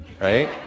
right